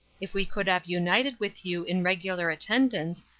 if we could have united with you in regular attendance,